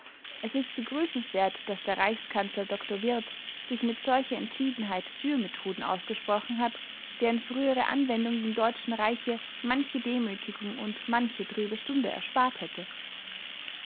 es ist begrüßenswert daß der reichskanzler dr wirth sich mit solcher entschiedenheit für methoden ausgesprochen hat deren frühere anwendung dem deutschen reiche manche demütigung und manche trübe stunde erspart hätte